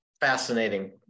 fascinating